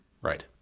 Right